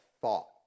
thought